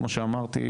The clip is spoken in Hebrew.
כמו שאמרתי,